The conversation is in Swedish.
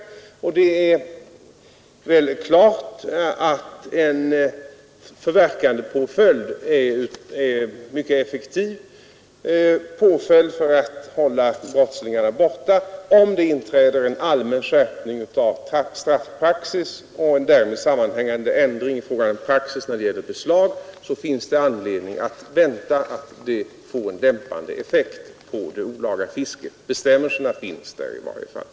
Det är klart att en förverkandepåföljd är en mycket effektiv påföljd för att hålla brottslingarna borta. Om det inträder en allmän skärpning av straffpraxis och därmed sammanhängande ändring i fråga om praxis för beslag finns det anledning vänta att detta får en dämpande effekt på det olaga fisket. Bestämmelserna finns där i varje fall.